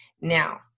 Now